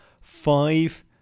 five